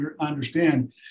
understand